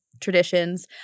traditions